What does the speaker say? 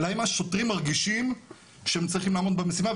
אלא אם השוטרים מרגישים שהם מצליחים לעמוד במשימה.